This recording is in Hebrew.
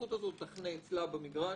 שהסמכות הזאת תחנה אצלה במגרש